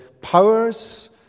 powers